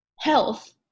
health